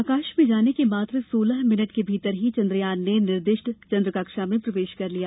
आकाश में जाने के मात्र सोलह मिनट के भीतर ही चंद्रयान ने निर्दिष्ट चंद्र कक्षा में प्रवेश कर लिया